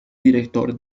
director